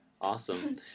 Awesome